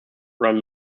ran